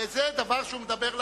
זה דבר שהוא מדבר לעניין,